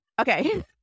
okay